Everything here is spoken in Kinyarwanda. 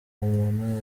umuntu